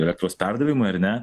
elektros perdavimui ar ne